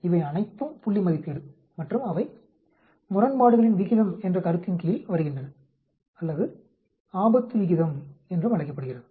இவை அனைத்தும் புள்ளி மதிப்பீடு மற்றும் அவை முரண்பாடுகளின் விகிதம் என்ற கருத்தின் கீழ் வருகின்றன அல்லது Refer Time 1821 ஆபத்து விகிதம் என்றும் அழைக்கப்படுகிறது